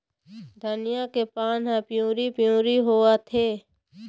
धनिया के पान हर पिवरी पीवरी होवथे?